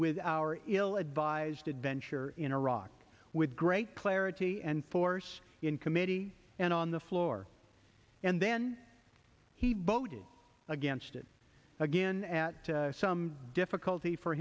with our ill advised adventure in iraq with great clarity and force in committee and on the floor and then he voted against it again at some difficulty for